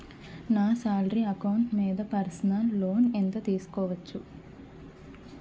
నా salary account మీద personal loan ఎంత తీసుకోవచ్చు?